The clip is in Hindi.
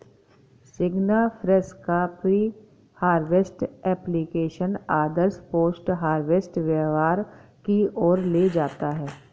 सिग्नाफ्रेश का प्री हार्वेस्ट एप्लिकेशन आदर्श पोस्ट हार्वेस्ट व्यवहार की ओर ले जाता है